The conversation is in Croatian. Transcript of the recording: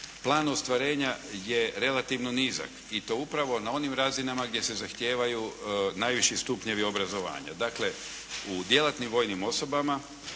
plan ostvarenja je relativno nizak i to upravo na onim razinama gdje se zahtijevaju najviši stupnjevi obrazovanja. Dakle, u djelatnim vojnim osobama